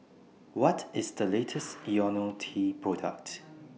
What IS The latest Ionil T Product